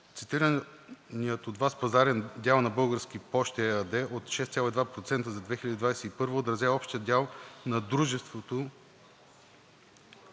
Цитираният от Вас пазарен дял на „Български пощи“ ЕАД от 6,2% за 2021 г. отразява общия дял на дружеството